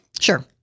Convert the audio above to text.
Sure